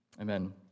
Amen